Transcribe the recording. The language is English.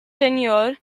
tenure